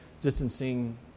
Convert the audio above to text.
distancing